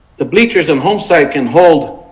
the bleachers and homesite can hold,